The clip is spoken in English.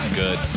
good